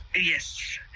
Yes